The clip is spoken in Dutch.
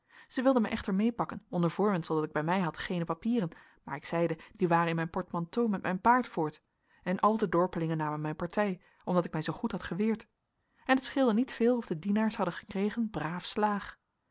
zij wilden mij echter meepakken onder voorwendsel dat ik bij mij had geene papieren maar ik zeide die waren in mijn portemanteau met mijn paard voort en al de dorpelingen namen mijn partij omdat ik mij zoo goed had geweerd en t scheelde niet veel of de dienaars hadden gekregen braaf slaag